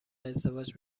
ازدواج